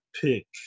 pick